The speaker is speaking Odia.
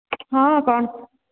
ହଁ କ'ଣ